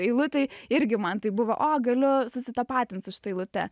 eilutėj irgi man taip buvo o galiu susitapatint su šita eilute